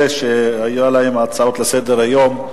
אלה שהיו להם הצעות לסדר-היום,